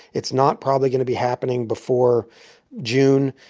it's not probably going to be happening before june.